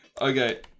Okay